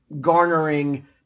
garnering